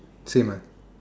same ah